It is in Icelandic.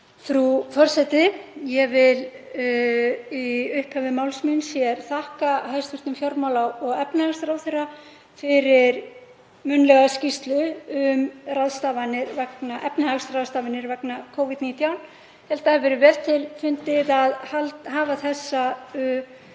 Frú forseti. Ég vil í upphafi máls míns þakka hæstv. fjármála- og efnahagsráðherra fyrir munnlega skýrslu um efnahagsráðstafanir vegna Covid-19. Ég held að það hafi verið vel til fundið að hafa þessa